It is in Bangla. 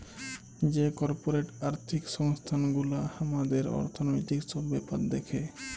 যে কর্পরেট আর্থিক সংস্থান গুলা হামাদের অর্থনৈতিক সব ব্যাপার দ্যাখে